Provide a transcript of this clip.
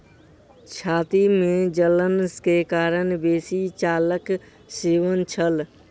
छाती में जलन के कारण बेसी चाहक सेवन छल